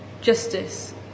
justice